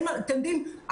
אתם יודעים,